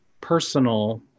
personal